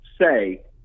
say –